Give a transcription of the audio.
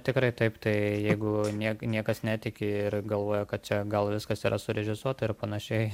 tikrai taip tai jeigu niek niekas netiki ir galvoja kad čia gal viskas yra surežisuota ir panašiai